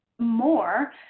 more